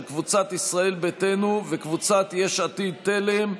של קבוצת ישראל ביתנו וקבוצת יש עתיד-תל"ם.